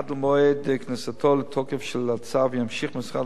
עד למועד כניסתו לתוקף של הצו ימשיך משרד